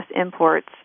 imports